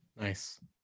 nice